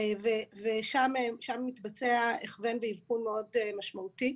ושם מתבצע הכוון ואבחון מאוד משמעותי.